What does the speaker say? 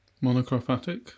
Monochromatic